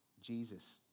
Jesus